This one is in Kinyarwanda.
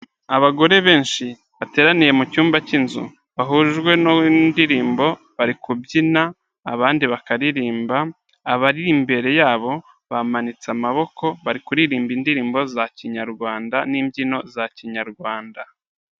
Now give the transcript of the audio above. Abagore benshi bateraniye mu cyumba cy'inzu bahujwe n'indirimbo bari kubyina abandi bakaririmba; abari imbere yabo bamanitse amaboko bari kuririmba indirimbo za kinyarwanda n'imbyino za kinyarwanda.